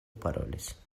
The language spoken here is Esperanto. parolis